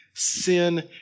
Sin